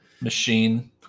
machine